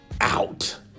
out